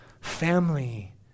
family